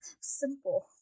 simple